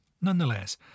Nonetheless